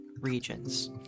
regions